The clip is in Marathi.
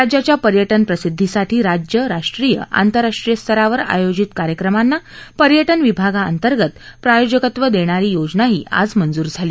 राज्याच्या पर्याञे प्रसिद्धीसाठी राज्य राष्ट्रीय आंतरराष्ट्रीय स्तरावर आयोजित कार्यक्रमांना पर्याञे विभागाअंतर्गत प्रायोजकत्व देणारी योजनाही आज मंजूर झाली